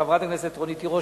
חברת הכנסת תירוש,